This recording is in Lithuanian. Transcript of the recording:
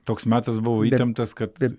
toks metas buvo įtemptas kad